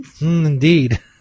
indeed